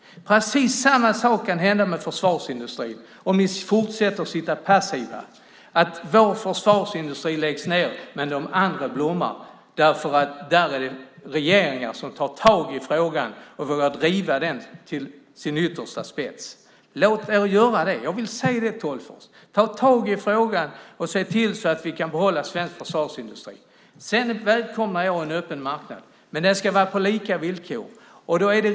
Precis samma sak kan hända med försvarsindustrin om ni fortsätter att sitta passiva. Vår försvarsindustri läggs ned, men de andra blommar därför att där finns regeringar som tar tag i frågan och vågar driva den till sin yttersta spets. Låt oss se regeringen göra det! Jag vill säga det, Sten Tolgfors. Ta tag i frågan och se till att vi kan behålla svensk försvarsindustri. Sedan välkomnar jag en öppen marknad. Men den ska vara på lika villkor.